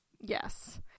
Yes